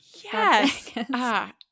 Yes